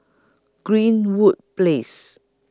Greenwood Place